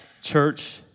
church